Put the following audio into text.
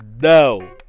No